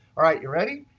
all right, you ready?